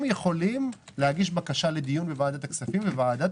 הם יכולים להגיש בקשה לדיון בוועדת הכספים ולוועדת